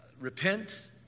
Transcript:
Repent